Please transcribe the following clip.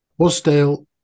Wasdale